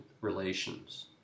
relations